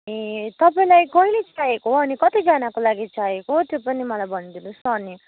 ए तपाईँलाई कहिले चाहिएको अनि कतिजनाको लागि चाहिएको त्यो पनि मलाई भन्दिनुहोस् न अनि